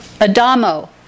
Adamo